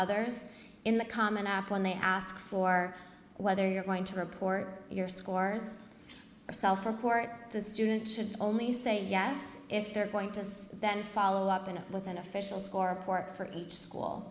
others in the common app when they ask for whether you're going to report your scores or self report the student should only say yes if they're going to then follow up in a with an official score port for each school